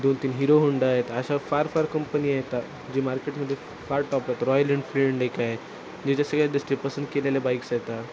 दोन तीन Hero Honda आहेत अशा फार फार कंपनी येतात जी मार्केटमध्ये फार टॉप आहेत रॉयल एनफिल्ड एक आहे जे जे सगळ्यात जास्ती पसंत केलेल्या बाईक्स येतात